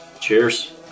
Cheers